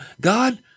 God